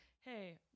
hey